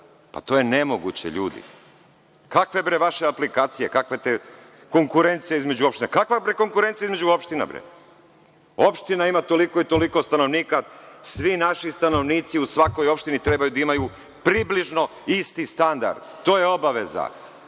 Pa, to je nemoguće, ljudi. Kakve bre vaše aplikacije, kakve te konkurencije između opština? Kakva bre konkurencija između opština? Opština ima toliko i toliko stanovnika i svi naši stanovnici u svakoj opštini treba da imaju približno isti standard. To je obaveza. Pričate